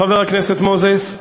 חבר הכנסת מוזס.